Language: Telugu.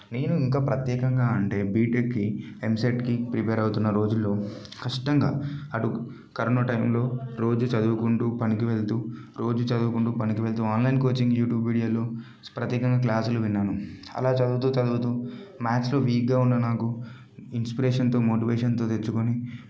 నేను ఇంకా ప్రత్యేకంగా అంటే బీటెక్కి ఎంసెట్కి ప్రిపేర్ అవుతున్న రోజుల్లో కష్టంగా అటు కరోనా టైంలో రోజూ చదువుకుంటూ పనికి వెళుతూ రోజు చదువుకుంటూ పనికి వెళుతూ ఆన్లైన్ కోచింగ్ యూట్యూబ్ వీడియోలు ప్రత్యేకంగా క్లాసులు విన్నాను అలా చదువుతూ చదువుతూ మ్యాథ్స్లో వీక్గా ఉన్న నాకు ఇన్స్పిరేషన్తో మోటివేషన్తో తెచ్చుకొని